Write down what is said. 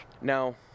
Now